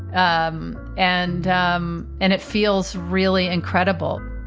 um and um and it feels really incredible